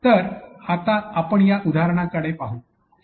तर आता आपण या उदाहरणाकडे पाहू या